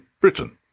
Britain